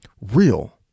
real